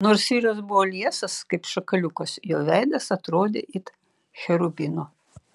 nors vyras buvo liesas kaip šakaliukas jo veidas atrodė it cherubino